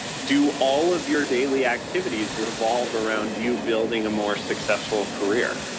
do all of your daily activities revolve around you building a more successful career?